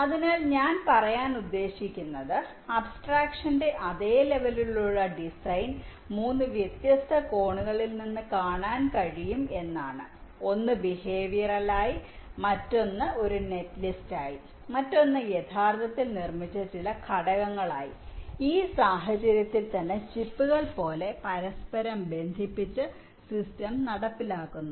അതിനാൽ ഞാൻ പറയാൻ ഉദ്ദേശിക്കുന്നത് അബ്സ്ട്രക്ഷന്റെ അതേ ലെവലിലുള്ള ഡിസൈൻ 3 വ്യത്യസ്ത കോണുകളിൽ നിന്ന് കാണാൻ കഴിയും എന്നതാണ് ഒന്ന് ബിഹേവിയറൽ ആയി മറ്റൊന്ന് ഒരു നെറ്റ് ലിസ്റ്റായി മറ്റൊന്ന് യഥാർത്ഥത്തിൽ നിർമ്മിച്ച ചില ഘടകങ്ങളായി ഈ സാഹചര്യത്തിൽ തന്നെ ചിപ്പുകൾ പോലെ പരസ്പരം ബന്ധിപ്പിച്ച് സിസ്റ്റം നടപ്പിലാക്കുന്നു